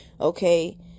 Okay